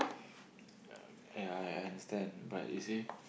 ya I understand but you see